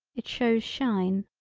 it shows shine.